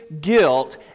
guilt